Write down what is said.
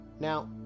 Now